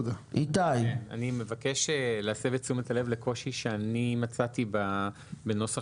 אני מבקש להסב את תשומת הלב לקושי שאני מצאתי בנוסח